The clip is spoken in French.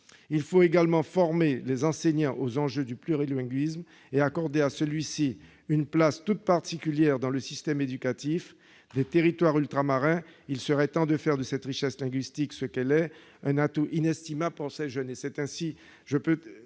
Il faut également former les enseignants aux enjeux du plurilinguisme et accorder à ce dernier une place toute particulière dans le système éducatif des territoires ultramarins. Il serait temps de faire de cette richesse linguistique ce qu'elle est : un atout inestimable pour les jeunes.